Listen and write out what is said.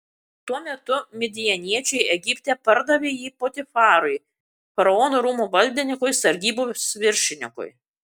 tuo metu midjaniečiai egipte pardavė jį potifarui faraono rūmų valdininkui sargybos viršininkui